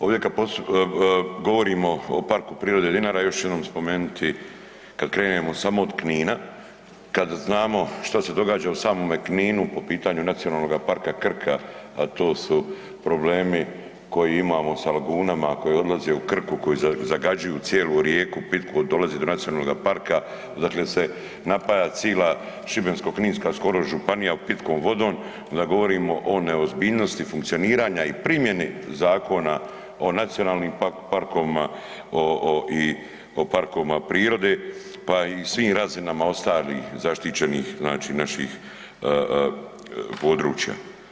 Ovdje kad govorimo o Parku prirode Dinara još jednom ću spomenuti kad krenemo samo od Knina, kada znamo šta se događa u samome Kninu po pitanju NP Krka, a to su problemi koje imamo sa lagunama koje odlaze u Krku koje zagađuju cijelu rijeku pitku, dolazi do nacionalnoga parka odakle se napaja cila Šibensko-kninska skoro županija pitkom vodom onda govorimo o neozbiljnosti funkcioniranja i primjene Zakona o nacionalnim parkovima, o, o, i o parkovima prirode, pa i svim razinama ostalih zaštićenih znači naših područja.